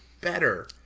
better